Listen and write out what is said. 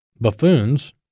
buffoons